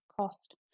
cost